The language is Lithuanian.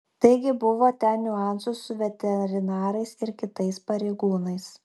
taigi buvo ten niuansų su veterinarais ir kitais pareigūnais